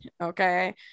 Okay